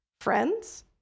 friends